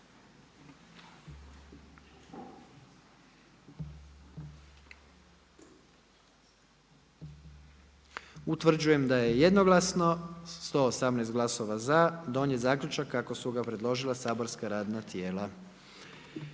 Utvrđujem da jednoglasno, sa 96 glasova za, donijeti zaključak kako su ga predložila saborskog radna tijela.